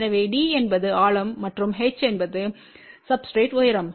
எனவே d என்பது ஆழம் மற்றும் h என்பது சப்ஸ்டிரேட்றின் உயரம்